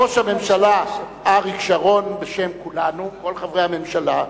ראש הממשלה אריק שרון, בשם כולנו, כל חברי הממשלה,